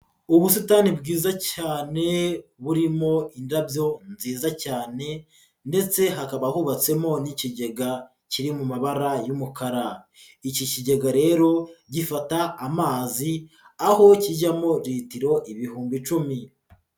Ubusitani bwiza cyane, burimo indabyo nziza cyane ndetse hakaba hubatsemo n'ikigega kiri mu mabara y'umukara. Iki kigega rero gifata amazi aho kijyamo litiro ibihumbi icumi.